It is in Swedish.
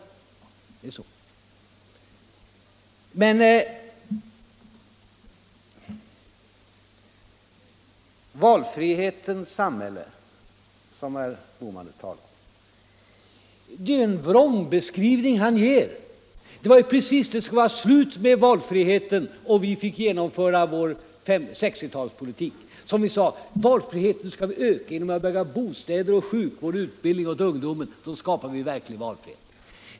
Herr Bohman talar om valfrihetens samhälle. Men det är ju en vrångbild han ger. På samma sätt sade man att det skulle vara slut med valfriheten om vi fick genomföra vår sextiotalspolitik. Vi sade då: Valfriheten skall vi öka genom att bygga bostäder, bygga ut sjukvården och ge utbildning åt ungdomen — då skapar vi verklig valfrihet.